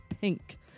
pink